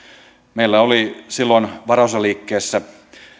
meillä oli silloin varaosaliikkeessä